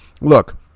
look